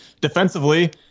defensively